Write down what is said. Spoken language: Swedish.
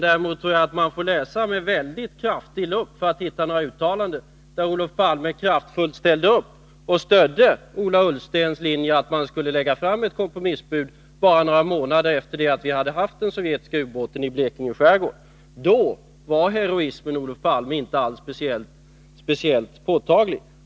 Däremot tror jag att man får läsa med väldigt kraftig lupp för att hitta några uttalanden där Olof Palme kraftfullt ställde upp och stödde Ola Ullstens linje om att man skulle lägga fram ett kompromissbud bara några månader efter det att vi hade haft den sovjetiska ubåten i Blekinge skärgård. Då var heroismen, Olof Palme, inte speciellt påtaglig.